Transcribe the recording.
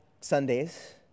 Sundays